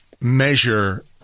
measure